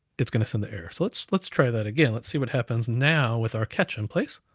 it's gonna send the error. so let's let's try that again. let's see what happens now with our catch in place.